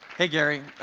hey, gary.